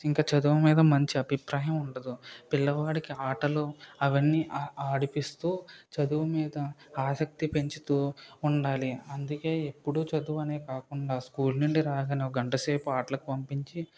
ఇంక చదువు మీద మంచి అభిప్రాయం ఉండదు పిల్లవాడికి ఆటలు అవన్నీ ఆడిపిస్తూ చదువు మీద ఆశక్తి పెంచుతూ ఉండాలి అందుకే ఎప్పుడూ చదువు అని కాకుండా స్కూల్ నుండి రాగానే ఒక గంట సేపు ఆటలకి పంపించి